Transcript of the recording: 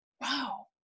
Wow